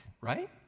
right